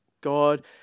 God